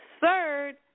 Third